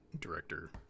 director